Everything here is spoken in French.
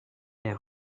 est